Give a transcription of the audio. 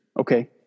Okay